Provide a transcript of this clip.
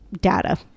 data